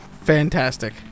Fantastic